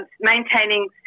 maintaining